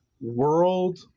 world